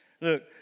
Look